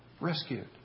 rescued